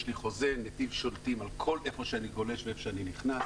יש לי חוזה ונתיב ששולטים על כל מקום שאני גולש ונכנס אליו.